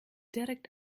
direkt